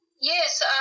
Yes